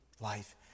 life